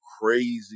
crazy